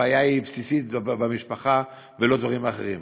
הבעיה הבסיסית היא במשפחה ולא בדברים אחרים.